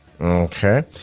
Okay